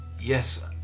Yes